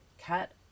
Cut